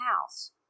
house